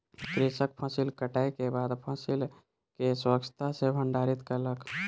कृषक फसिल कटै के बाद फसिल के स्वच्छता सॅ भंडारित कयलक